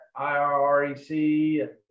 IREC